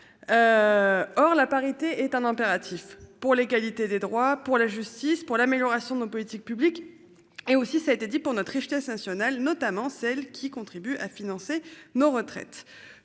Or la parité est un impératif pour l'égalité des droits pour la justice pour l'amélioration de nos politiques publiques. Et aussi ça a été dit pour notre richesse nationale, notamment celles qui contribuent à financer nos retraites,